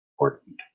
important